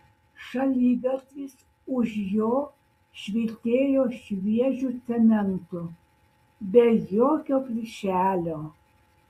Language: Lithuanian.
šaligatvis už jo švytėjo šviežiu cementu be jokio plyšelio